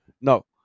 No